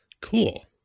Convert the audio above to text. cool